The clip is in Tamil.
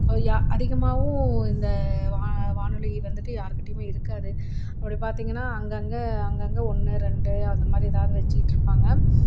கொய்யா அதிகமாகவும் இந்த வா வானொலி வந்துவிட்டு யாருக்கிட்டையுமே இருக்காது அப்படி பார்த்திங்கன்னா அங்கங்கே அங்கங்கே ஒன்று ரெண்டு அந்த மாதிரி எதாவது வச்சுக்கிட்டு இருப்பாங்க